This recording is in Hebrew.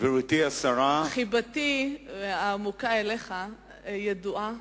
חיבתי העמוקה אליך ידועה,